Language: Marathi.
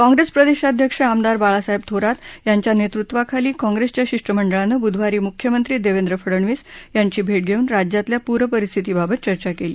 काँप्रेस प्रदेशाध्यक्ष आमदार बाळासाहेब थोरात यांच्या नेतृत्वाखाली काँप्रेसच्या शिष्ठमंडळाने बुधवारी मुख्यमंत्री देवेंद्र फडणवीस यांची भेट घेऊन राज्यातल्या पूरस्थितीबाबत चर्चा केली